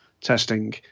testing